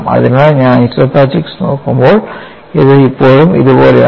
അതിനാൽ ഞാൻ ഐസോപാച്ചിക്സ് നോക്കുമ്പോൾ ഇത് ഇപ്പോഴും ഇതുപോലെയാണ്